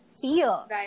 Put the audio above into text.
feel